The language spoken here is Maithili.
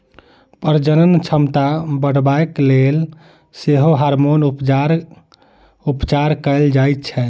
प्रजनन क्षमता बढ़यबाक लेल सेहो हार्मोन उपचार कयल जाइत छै